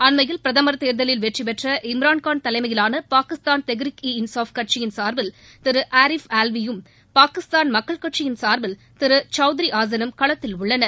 அண்மையில் பிரதமர் தேர்தலில் வெற்றிபெற்ற இம்ரான்கான் தலைமையிலான பாகிஸ்தான் தெஹ்ரீக் ஈ இன்சாப் கட்சியின் சார்பில் திரு ஆரீப் ஆல்வியும் பாகிஸ்தான் மக்கள் கட்சியின் சார்பில் திரு சௌத்ரி ஆசனும் களத்தில் உள்ளனர்